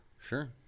Sure